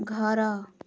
ଘର